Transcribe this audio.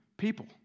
people